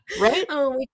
Right